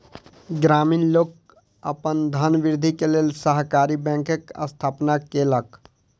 ग्रामीण लोक अपन धनवृद्धि के लेल सहकारी बैंकक स्थापना केलक